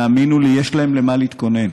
והאמינו לי, יש להם למה להתכונן.